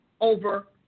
over